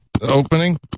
Opening